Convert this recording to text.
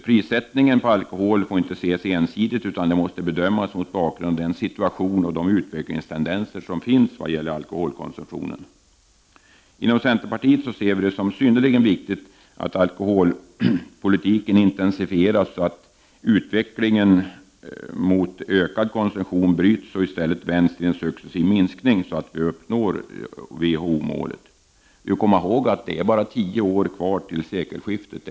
Prissättningen på alkohol får inte ses ensidigt, utan måste bedömas mot bakgrund av den situation och de utvecklingstendenser som finns när det gäller alkoholkonsumtionen. Inom centerpartiet ser vi det som synnerligen viktigt att alkoholpolitiken intensifieras så att utvecklingen mot ökad alkoholkonsumtion bryts och i stället vänds till en successiv minskning så att vi uppnår WHO-målet. Det återstår bara tio år fram till sekelskiftet.